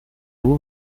vous